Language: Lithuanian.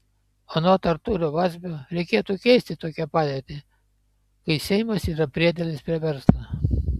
anot artūro vazbio reikėtų keisti tokią padėtį kai seimas yra priedėlis prie verslo